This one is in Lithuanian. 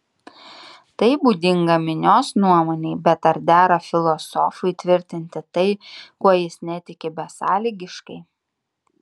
tai būdinga minios nuomonei bet ar dera filosofui tvirtinti tai kuo jis netiki besąlygiškai